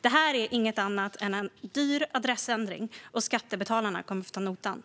Det här är inget annat än en dyr adressändring, och skattebetalarna kommer att få ta notan.